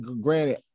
granted